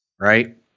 right